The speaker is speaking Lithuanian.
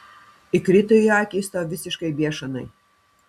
įkrito į akį jis tau visiškai biešanai